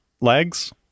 legs